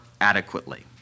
adequately